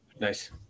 nice